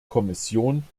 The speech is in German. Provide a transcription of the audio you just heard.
kommission